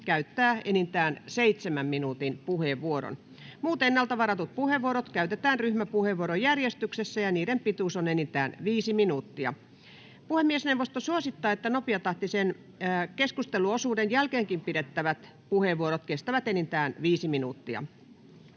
käyttää enintään seitsemän minuutin puheenvuoron. Muut ennalta varatut puheenvuorot käytetään ryhmäpuheenvuorojärjestyksessä, ja niiden pituus on enintään viisi minuuttia. Puhemiesneuvosto suosittaa, että nopeatahtisen keskusteluosuuden jälkeenkin pidettävät puheenvuorot kestävät enintään viisi minuuttia.